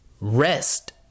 rest